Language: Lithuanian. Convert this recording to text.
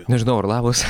nežinau ar labas